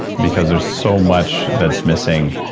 because there's so much that's missing,